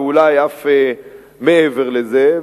ואולי אף מעבר לזה.